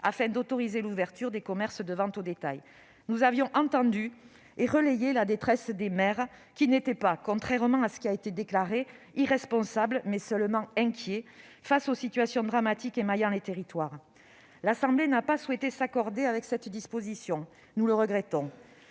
afin d'autoriser l'ouverture des commerces de vente au détail. Nous avions entendu et relayé la détresse des maires, qui n'étaient pas, contrairement à ce qui a été déclaré, irresponsables. Ils étaient seulement inquiets, face aux situations dramatiques émaillant les territoires. L'Assemblée nationale n'a pas souhaité s'accorder avec cette disposition. Nous le regrettons.